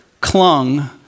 clung